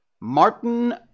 Martin